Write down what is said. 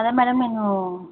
అదే మేడం నేను